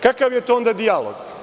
Kakav je to onda dijalog?